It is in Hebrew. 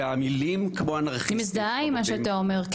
אני מזדהה עם מה שאתה אומר,